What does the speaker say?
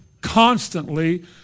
constantly